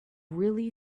really